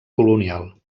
colonial